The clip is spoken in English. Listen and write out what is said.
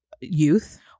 youth